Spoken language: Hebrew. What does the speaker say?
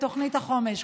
בתוכנית החומש.